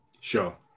Sure